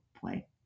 play